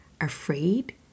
afraid